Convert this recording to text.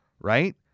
right